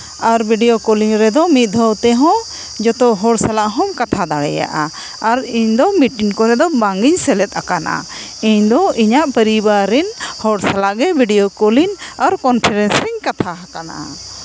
ᱟᱨ video calling ᱨᱮᱫᱚ ᱢᱤᱫ ᱫᱷᱟᱹᱣ ᱛᱮᱦᱚᱸ ᱡᱚᱛᱚ ᱦᱚᱲ ᱥᱟᱞᱟᱜ ᱦᱚᱸᱢ ᱠᱟᱛᱷᱟ ᱫᱟᱲᱮᱭᱟᱜᱼᱟ ᱟᱨ ᱤᱧ ᱫᱚ ᱢᱤᱴᱤᱱ ᱠᱚᱨᱮ ᱫᱚ ᱵᱟᱝ ᱜᱤᱧ ᱥᱮᱞᱮᱫ ᱟᱠᱟᱱᱟ ᱤᱧ ᱫᱚ ᱤᱧᱟᱹᱜ ᱯᱚᱨᱤᱵᱟᱨ ᱨᱮᱱ ᱦᱚᱲ ᱥᱟᱞᱟᱜ ᱜᱮ ᱵᱷᱤᱰᱭᱳ ᱠᱚᱞᱤᱧ ᱟᱨ ᱠᱚᱱᱯᱷᱟᱨᱮᱱᱥᱨᱤᱧ ᱠᱟᱛᱷᱟ ᱟᱠᱟᱱᱟ